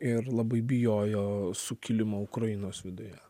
ir labai bijojo sukilimo ukrainos viduje